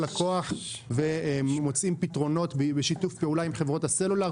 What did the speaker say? הכוח ומוצאים פתרונות בשיתוף פעולה עם חברות הסלולר,